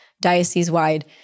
diocese-wide